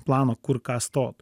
plano kur ką stot